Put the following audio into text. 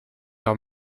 leur